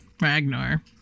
ragnar